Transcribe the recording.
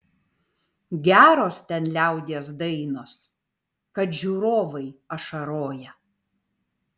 geros ten liaudies dainos kad žiūrovai ašaroja